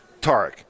Tarek